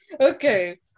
Okay